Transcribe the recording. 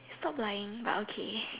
stop lying but okay